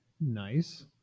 nice